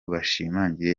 bashimangira